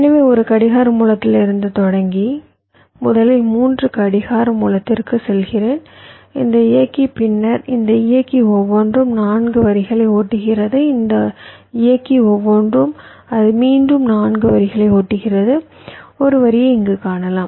எனவே ஒரு கடிகார மூலத்திலிருந்து தொடங்கி முதலில் 3 கடிகார மூலத்திற்குச் செல்கிறேன் இந்த இயக்கி பின்னர் இந்த இயக்கி ஒவ்வொன்றும் 4 வரிகளை ஓட்டுகிறது இந்த இயக்கி ஒவ்வொன்றும் அது மீண்டும் 4 வரிகளை ஓட்டுகிறது ஒரு வரியைக் இங்கு காணலாம்